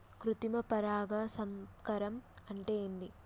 కృత్రిమ పరాగ సంపర్కం అంటే ఏంది?